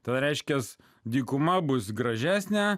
tada reiškiasi dykuma bus gražesnė